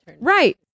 Right